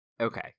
Okay